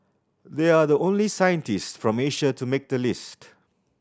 they are the only scientists from Asia to make the list